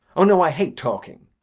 oh, no! i hate talking.